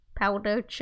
Powder